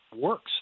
works